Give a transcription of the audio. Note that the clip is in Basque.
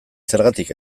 zergatik